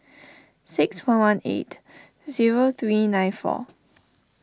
six one one eight zero three nine four